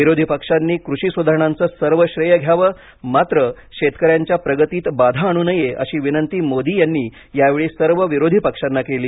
विरोधी पक्षांनी कृषी सुधारणांचे सर्व श्रेय घ्यावं मात्र शेतकऱ्याच्या प्रगतीत बाधा आणू नये अशी विनंती मोदी यांनी यावेळी सर्व विरोधी पक्षांना केली